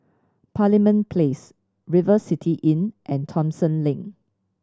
Parliament Place River City Inn and Thomson Lane